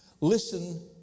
Listen